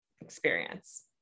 experience